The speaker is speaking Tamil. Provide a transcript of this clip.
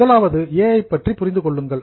முதலாவதாக ஏ ஐ பற்றி புரிந்து கொள்ளுங்கள்